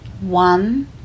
one